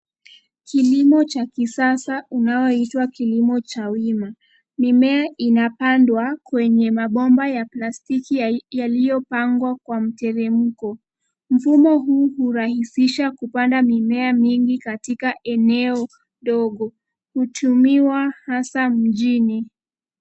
Kilimo cha kisasa unaoitwa kilimo cha wima, mimea inapandwa kwenye mabomba ya plastiki yaliyo pangwa kwa mteremko. Mfumo huu hurahisisha kupanda mimea mingi katika eneo dogo, hutumiwa hasa katika mjini.